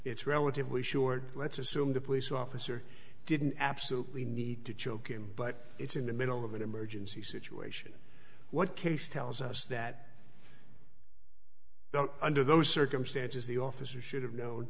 it's relatively sure let's assume the police officer didn't absolutely need to choke him but it's in the middle of an emergency situation what case tells us that under those circumstances the officer should have known